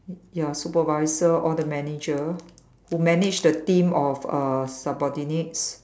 ya supervisor or the manager who manage the team of uh subordinates